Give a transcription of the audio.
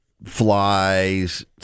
Flies